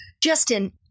Justin